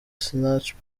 sinach